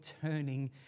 turning